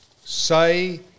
say